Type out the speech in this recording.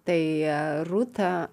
tai rūta